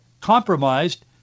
compromised